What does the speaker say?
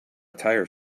tire